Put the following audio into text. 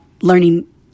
Learning